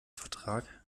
vertrag